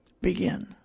begin